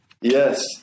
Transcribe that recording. Yes